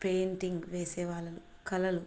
painting వేసే వాళ్ళను కళలు